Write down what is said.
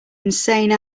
insane